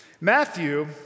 Matthew